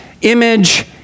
image